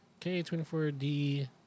K24D